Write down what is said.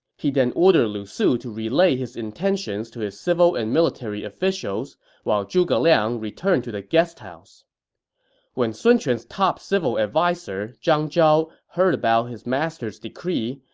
he then ordered lu su to relay his intentions to his civil and military officials while zhuge liang returned to the guest house when sun quan's top civil adviser zhang zhao heard his master's decree,